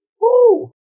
Woo